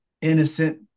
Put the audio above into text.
innocent